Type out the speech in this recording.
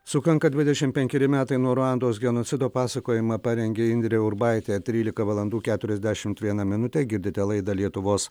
sukanka dvidešim penkeri metai nuo ruandos genocido pasakojimą parengė indrė urbaitė trylika valandų keturiasdešimt viena minutė girdite laidą lietuvos